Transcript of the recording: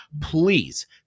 Please